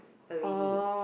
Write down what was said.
already